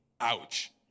Ouch